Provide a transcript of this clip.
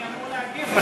לא, אני אמור להגיב לך.